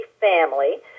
family